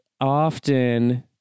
often